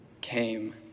came